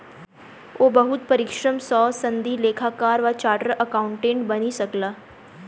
ओ बहुत परिश्रम सॅ सनदी लेखाकार वा चार्टर्ड अकाउंटेंट बनि सकला